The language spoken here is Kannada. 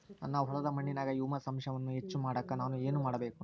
ನನ್ನ ಹೊಲದ ಮಣ್ಣಿನಾಗ ಹ್ಯೂಮಸ್ ಅಂಶವನ್ನ ಹೆಚ್ಚು ಮಾಡಾಕ ನಾನು ಏನು ಮಾಡಬೇಕು?